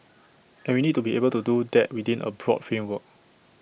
and we need to be able to do that within A pro framework